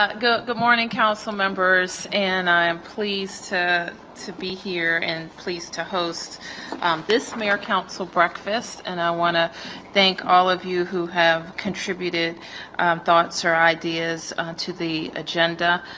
ah good morning, councilmembers, and i am pleased to to be here and pleased to host this mayor council breakfast and i want to thank all of you who have contributed thoughts or ideas to the agenda.